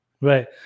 right